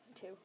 two